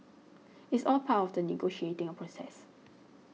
it's all part of the negotiating a process